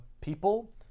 people